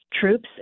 troops